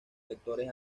sectores